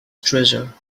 treasure